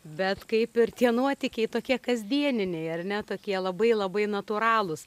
bet kaip ir tie nuotykiai tokie kasdieniniai ar ne tokie labai labai natūralūs